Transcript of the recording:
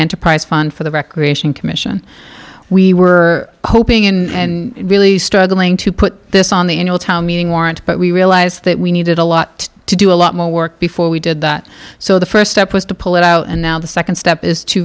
enterprise fund for the recreation commission we were hoping in really struggling to put this on the in your town meeting warrant but we realized that we needed a lot to do a lot more work before we did that so the st step was to pull it out and now the nd step is to